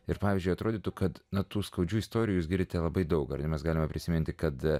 ir pavyzdžiui atrodytų kad nuo tų skaudžių istorijų grite labai daug galėdamas galima prisiminti kad